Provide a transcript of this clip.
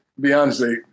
Beyonce